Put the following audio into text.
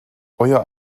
euer